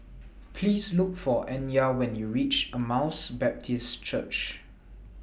Please Look For Anya when YOU REACH Emmaus Baptist Church